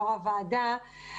יו"ר הוועדה.